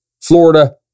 Florida